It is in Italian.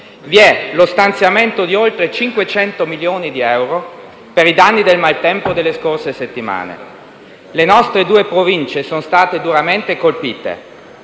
Vi è lo stanziamento di oltre 500 milioni di euro per i danni del maltempo delle scorse settimane. Le nostre due Province sono state duramente colpite.